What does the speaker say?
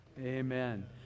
amen